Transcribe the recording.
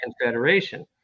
confederation